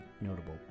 notable